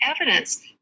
evidence